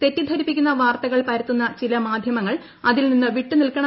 തെറ്റിദ്ധരിപ്പിക്കുന്ന വാർത്തകൾ പരത്തുന്ന ചില മാധ്യമങ്ങൾ അതിൽ നിന്ന് വിട്ടു നിൽക്കണം